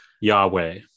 Yahweh